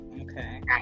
okay